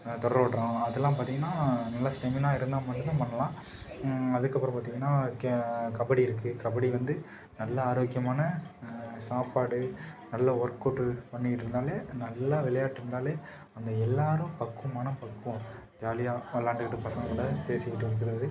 தொடர் ஓட்டமெல்லாம் அதெல்லாம் பார்த்தீங்கன்னா நல்ல ஸ்டெமினா இருந்தால் மட்டும் தான் பண்ணலாம் அதுக்கப்புறம் பார்த்தீங்கன்னா க கபடி இருக்குது கபடி வந்து நல்ல ஆரோக்கியமான சாப்பாடு நல்ல ஒர்க்கவுட் பண்ணிகிட்டு இருந்தாலே நல்ல விளையாட்டு இருந்தாலே அந்த எல்லாேரும் பக்குவமான பக்குவம் ஜாலியாக விளாண்டுக்கிட்டு பசங்கள் கூட பேசிகிட்டு இருக்கிறது